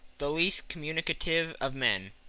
the least communicative of men.